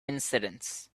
incidents